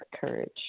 courage